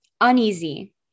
uneasy